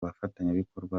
bafatanyabikorwa